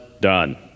done